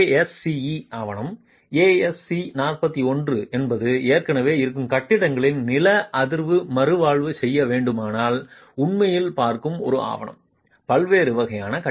ASCE ஆவணம் ASCE 41 என்பது ஏற்கனவே இருக்கும் கட்டிடங்களின் நில அதிர்வு மறுவாழ்வு செய்ய வேண்டுமானால் உண்மையில் பார்க்கும் ஒரு ஆவணம் பல்வேறு வகையான கட்டிடம்